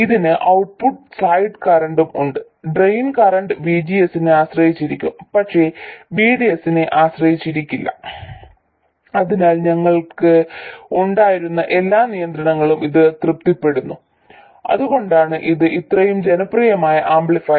ഇതിന് output side കറന്റും ഉണ്ട് ഡ്രെയിൻ കറന്റ് VGS നെ ആശ്രയിച്ചിരിക്കും പക്ഷേ VDS നെ ആശ്രയിക്കുന്നില്ല അതിനാൽ ഞങ്ങൾക്ക് ഉണ്ടായിരുന്ന എല്ലാ നിയന്ത്രണങ്ങളും ഇത് തൃപ്തിപ്പെടുത്തുന്നു അതുകൊണ്ടാണ് ഇത് ഇത്രയും ജനപ്രിയമായ ആംപ്ലിഫയർ